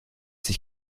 sich